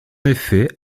effet